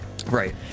Right